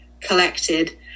collected